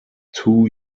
two